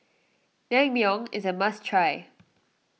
Naengmyeon is a must try